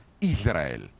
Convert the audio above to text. Israel